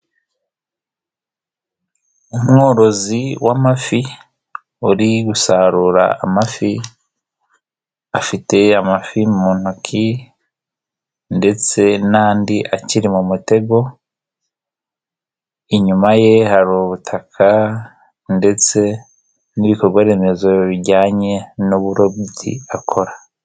Umworozi w'amafi uri gusarura amafi, afite amafi mu ntoki ndetse n'andi akiri mu mutego, inyuma ye hari ubutaka ndetse n'ibikorwaremezo bijyanye n'uburobyi akora.